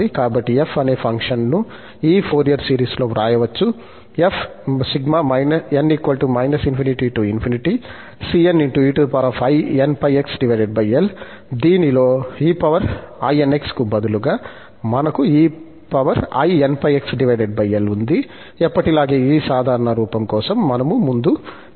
కాబట్టి f అనే ఫంక్షన్ను ఈ ఫోరియర్ సిరీస్లో వ్రాయవచ్చు దీనిలో einx కు బదులుగా మనకు e inπxL ఉంది ఎప్పటిలాగే ఈ సాధారణ రూపం కోసం మనము ముందు చేసాము